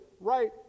right